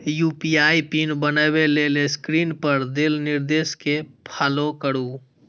UPI PIN बनबै लेल screen पर देल निर्देश कें फॉलो करू